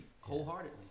wholeheartedly